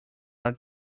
are